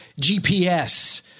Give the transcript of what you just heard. GPS